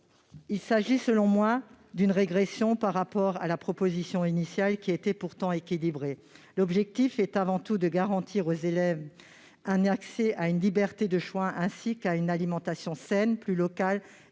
Il s'agit, selon moi, d'une régression par rapport à la proposition initiale, qui était pourtant équilibrée. L'objectif est avant tout de garantir aux élèves un accès à une liberté de choix et à une alimentation saine, plus locale